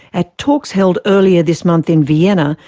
at talks held earlier this month in vienna,